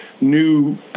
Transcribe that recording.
new